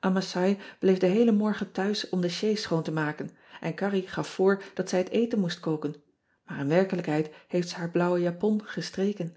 masai bleef den heelers morgen thuis om de sjees schoon te maken en arrie gaf voor dat zij het eten moest koken maar in werkelijkheid heeft ze haar blauwe japon gestreken